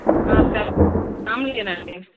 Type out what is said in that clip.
ఆ సరే మాములుదేనండి